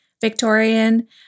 Victorian